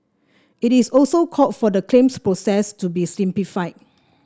it is also called for the claims process to be simplified